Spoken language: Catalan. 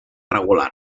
regular